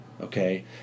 Okay